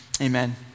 amen